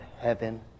heaven